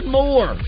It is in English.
more